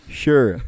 sure